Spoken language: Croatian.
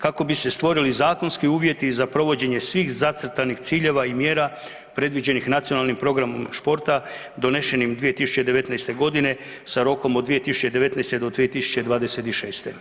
Kako bi se stvorili zakonski uvjeti za provođenje svih zacrtanih ciljeva i mjera predviđenih Nacionalnim programom športa, donešenim 2019. godine, sa rokom od 2019.-2026.